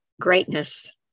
greatness